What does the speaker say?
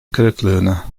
kırıklığına